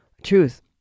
Truth